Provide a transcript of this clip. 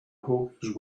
hookahs